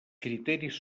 criteris